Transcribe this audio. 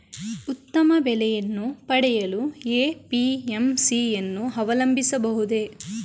ಉತ್ತಮ ಬೆಲೆಯನ್ನು ಪಡೆಯಲು ಎ.ಪಿ.ಎಂ.ಸಿ ಯನ್ನು ಅವಲಂಬಿಸಬಹುದೇ?